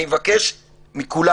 אני מבקש מכולם.